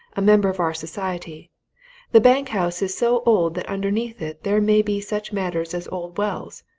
a member of our society the bank-house is so old that underneath it there may be such matters as old wells,